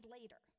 later